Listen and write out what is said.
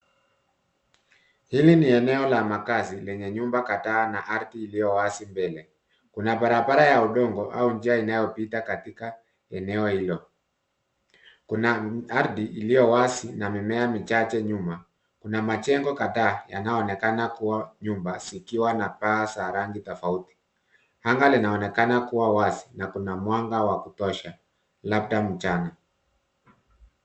Hili ni eneo la makazi lenye nyumba kadhaa na ardhi iliyo wazi mbele. Kuna barabara ya udongo au njia inayopita katika ya eneo hilo. Kuna ardhi iliyo wazi na mimea michache nyuma. Kuna majengo kadhaa yanayoonekana kuwa nyumba, zikiwa na paa za rangi tofauti. Anga linaonekana kuwa wazi na kuna mwanga wa kutosha, labda mchana.